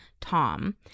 Tom